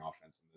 offense